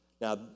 Now